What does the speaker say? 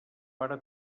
pare